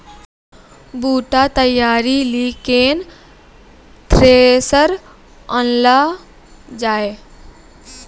बूटा तैयारी ली केन थ्रेसर आनलऽ जाए?